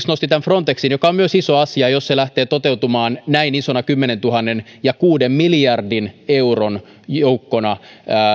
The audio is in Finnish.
nosti frontexin joka on myös iso asia jos se lähtee toteutumaan näin isona kymmenentuhannen henkilön ja rahassa mitattuna kuuden miljardin euron joukkona